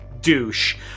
douche